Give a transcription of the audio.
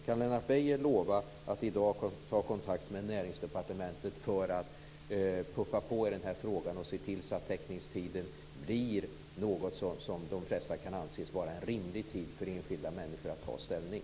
Kan Lennart Beijer lova att i dag ta kontakt med Näringsdepartementet för att puffa på i denna fråga och se till så att teckningstiden blir vad de flesta kan anse vara en rimlig tid för enskilda människor när det gäller att ta ställning?